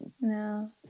no